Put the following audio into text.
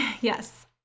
Yes